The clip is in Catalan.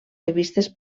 revistes